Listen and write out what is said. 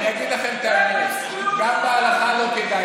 אני אגיד לכם את האמת, גם בהלכה לא כדאי.